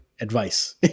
advice